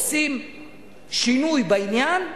עושים שינוי בעניין,